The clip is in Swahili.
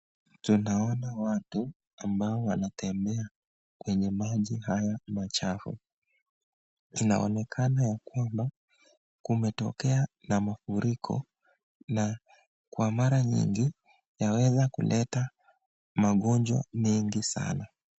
Tunaona watu ambao wanatembea kwenye maji haya machafu. Inaonekana ya kwamba kumetokea na mafuriko na kwa mara nyingi yaweza kuleta magojwa mengi sana.